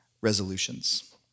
resolutions